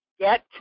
get